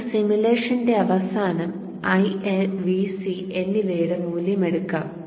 നമുക്ക് സിമുലേഷന്റെ അവസാനം IL Vc എന്നിവയുടെ മൂല്യം എടുക്കുക